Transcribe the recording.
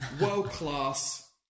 world-class